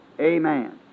Amen